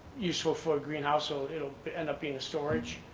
useful for greenhouse so it'll end up being storage.